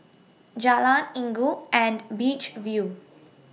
Jalan Inggu and Beach View